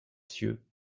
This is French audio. cieux